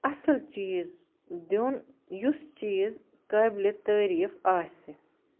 اَصٕل چیٖز دیُن یُس چیٖز قٲبِلہِ تعریٖف آسہِ